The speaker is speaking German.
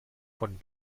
von